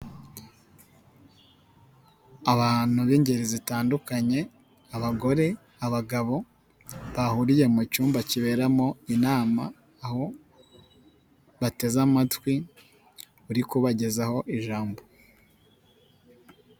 Abantu b'ingeri zitandukanye abagore, abagabo bahuriye mu cyumba kiberamo inama aho bateze amatwi uri kubagezaho ijambo.